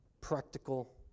Practical